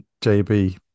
jb